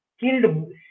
killed